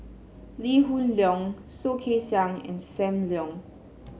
Lee Hoon Leong Soh Kay Siang and Sam Leong